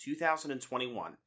2021